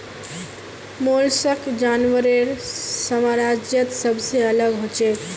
mollusc जानवरेर साम्राज्यत सबसे अलग हछेक